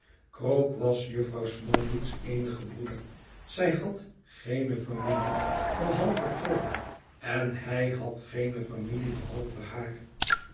krook was jufvrouw smallweed's eenige broeder zij had geene familie behalve krook en hij had geene familie behalve haar